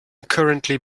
currently